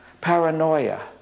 paranoia